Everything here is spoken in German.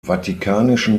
vatikanischen